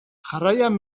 jarraian